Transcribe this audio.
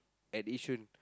at Yishun